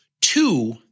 Two